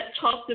talked